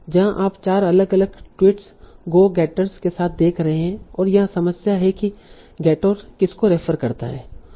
यहां आप चार अलग अलग ट्वीट्स गो गेटर्स के साथ देख रहे हैं और यहां समस्या है कि गेटोर किसको रेफ़र करता है